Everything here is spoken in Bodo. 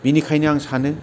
बेनिखायनो आं सानो